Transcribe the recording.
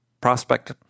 prospect